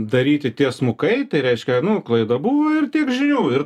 daryti tiesmukai tai reiškia nu klaida buvo ir tiek žinių ir